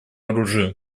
оружию